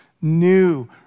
new